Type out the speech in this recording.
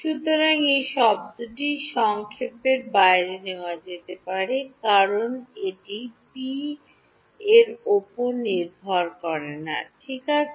সুতরাং এই শব্দটি সংক্ষেপের বাইরে নেওয়া যেতে পারে কারণ এটি পি উপর নির্ভর করে নাঠিক আছে